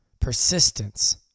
Persistence